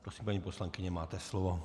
Prosím, paní poslankyně, máte slovo.